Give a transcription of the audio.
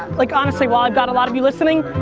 like honestly while i've got a lot of you listening,